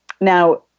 Now